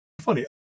funny